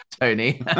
Tony